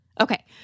Okay